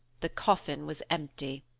the coffin was empty.